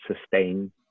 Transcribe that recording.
sustain